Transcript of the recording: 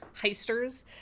heisters